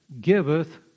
giveth